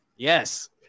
Yes